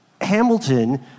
Hamilton